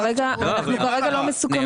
אנחנו כרגע לא מסוכמים.